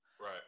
Right